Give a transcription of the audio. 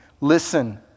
Listen